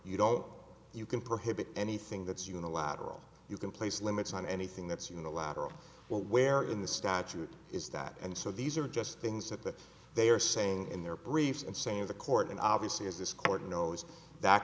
you know you can prohibit anything that's unilateral you can place limits on anything that's unilateral well where in the statute is that and so these are just things that they are saying in their briefs and saying the court an obvious is this court knows that